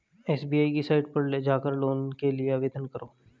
SBI की site पर जाकर लोन के लिए आवेदन करो